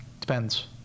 Depends